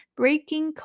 breaking